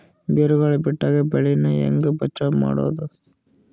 ಬಿರುಗಾಳಿ ಬಿಟ್ಟಾಗ ಬೆಳಿ ನಾ ಹೆಂಗ ಬಚಾವ್ ಮಾಡೊದು?